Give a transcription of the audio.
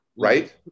right